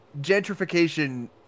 gentrification